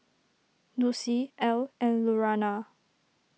Lucie Ell and Lurana